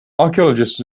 archaeologists